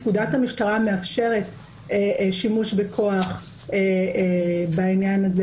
פקודת המשטרה מאפשרת שימוש בכוח בעניין של